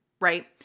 right